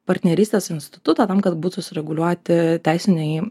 partnerystės institutą tam kad būtų sureguliuoti teisiniai